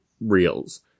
reels